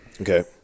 Okay